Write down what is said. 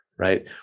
Right